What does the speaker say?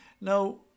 Now